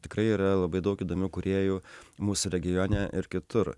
tikrai yra labai daug įdomių kūrėjų mūsų regione ir kitur